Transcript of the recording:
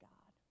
God